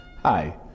Hi